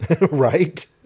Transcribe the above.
Right